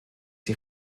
die